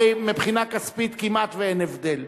הרי מבחינה כספית כמעט שאין הבדל,